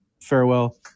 farewell